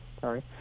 Sorry